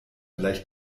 gleich